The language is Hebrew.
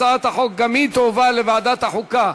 הצעת החוק גם היא תועבר לוועדת החוקה,